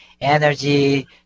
energy